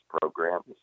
programs